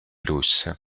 russe